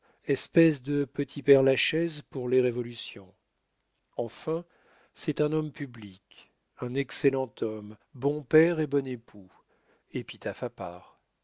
espèce de petit père-lachaise pour les révolutions enfin c'est un homme public un excellent homme bon père et bon époux épitaphe à part